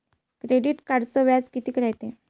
Credit कार्डचं व्याज कितीक रायते?